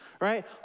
right